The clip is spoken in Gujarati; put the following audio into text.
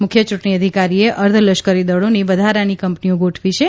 મુખ્ય ચૂંટણી અધિકારીએ અર્ધલશ્કરીદળોની વધારાની કંપનીઓ ગોઠવી છે